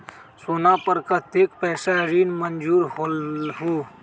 सोना पर कतेक पैसा ऋण मंजूर होलहु?